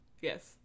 Yes